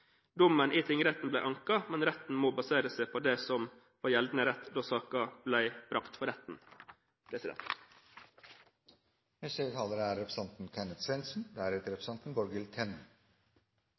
Dommen i tingretten ble anket, men retten må basere seg på det som var gjeldende rett da saken ble brakt for retten.